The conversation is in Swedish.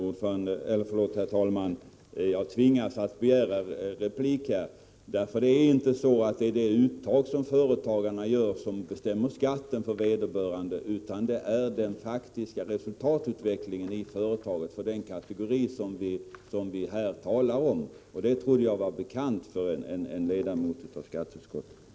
Herr talman! Jag tvingas att begära ordet, eftersom det inte är de uttag som företagarna gör som bestämmer skatten för vederbörande, utan det är den faktiska resultatutvecklingen i företaget för den kategori som vi här talar om. Det trodde jag var bekant för en ledamot av skatteutskottet.